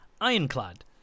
Ironclad